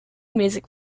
music